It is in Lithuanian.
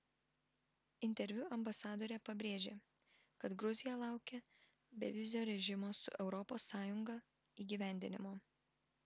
interviu ambasadorė pabrėžė kad gruzija laukia bevizio režimo su europos sąjunga įgyvendinimo